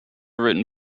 written